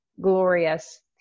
glorious